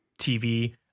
TV